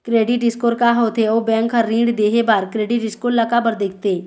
Credit score का होथे अउ बैंक हर ऋण देहे बार क्रेडिट स्कोर ला काबर देखते?